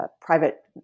private